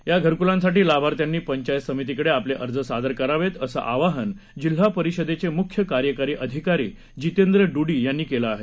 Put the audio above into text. या घरकूलांसाठी लाभार्थ्यांनी पंचायत समितीकडे आपले अर्ज सादर करावेत असं आवाहन जिल्हा परिषदेचे मुख्य कार्यकारी अधिकारी जितेंद्र डूडी यांनी केलं आहे